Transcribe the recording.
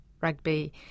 rugby